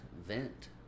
vent